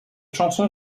chanson